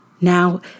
Now